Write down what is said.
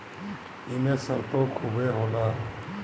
एमे सरतो खुबे होला